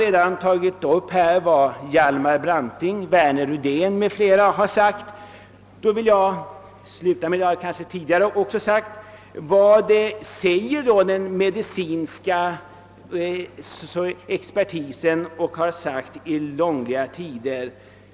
Enligt min mening bör också den medicinska sakkunskapen avgöra boxningens vara eller inte vara, och jag vill därför understryka vad den medicinska expertisen sedan långliga tider sagt och fortfarande säger.